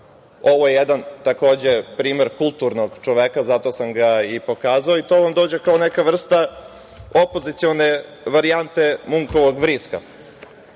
Ovo je jedan primer kulturnog čoveka, zato sam ga i pokazao, i to vam dođe kao neka vrsta opozicione varijante Munkovog vriska. Takođe,